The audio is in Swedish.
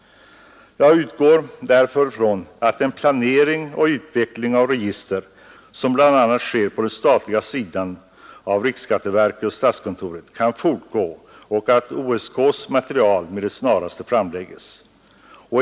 Jag utgår därför från att den planering och utveckling av register som bl.a. sker på den statliga sidan av riksskatteverket och statskontoret kan fortgå och att OSK :s material med det snaraste framlägges.